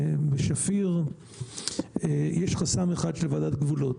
בשפיר יש חסם אחד של ועדת גבולות.